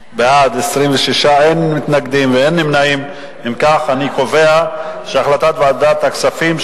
והייתי קשוב למדיניות